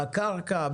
בקרקע,